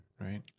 right